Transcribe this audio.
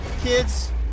Kids